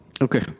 Okay